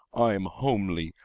i'm homely.